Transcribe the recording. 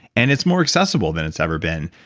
and it's more accessible than it's ever been,